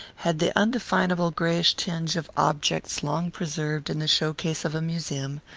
had the undefinable greyish tinge of objects long preserved in the show-case of a museum,